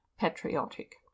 patriotic